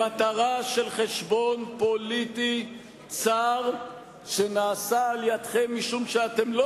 למטרה של חשבון פוליטי צר שנעשה על-ידיכם משום שאתם לא